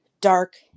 dark